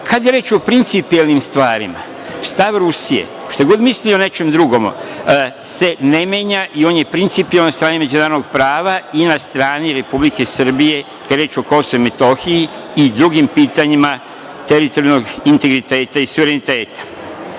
je reč o principijelnim stvarima, šta god mislili o nečemu drugom, stav Rusije se ne menja i on je principijelan od strane međunarodnog prava i na strani Republike Srbije kada je reč o Kosovu i Metohiji i drugim pitanjima teritorijalnog integriteta i suvereniteta. Istoga